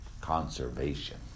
Conservation